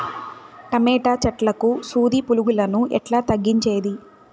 Tomato చెట్లకు సూది పులుగులను ఎట్లా తగ్గించేది?